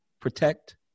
protect